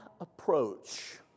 approach